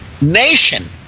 nation